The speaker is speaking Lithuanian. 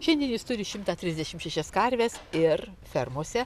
šiandien jis turi šimtą trisdešim šešias karves ir fermose